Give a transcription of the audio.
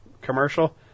commercial